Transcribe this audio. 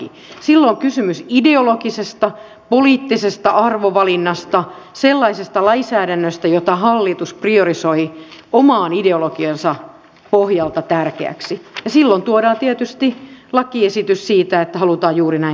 silloin on kysymys ideologisesta poliittisesta arvovalinnasta sellaisesta lainsäädännöstä jota hallitus priorisoi oman ideologiansa pohjalta tärkeäksi ja silloin tuodaan tietysti lakiesitys siitä että halutaan juuri näin toimia